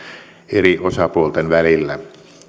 eri osapuolten välillä